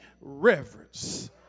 reverence